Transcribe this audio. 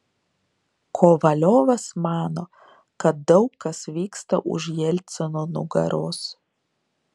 kovaliovas mano kad daug kas vyksta už jelcino nugaros